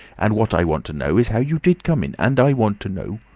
and what i want to know is how you did come in. and i want to know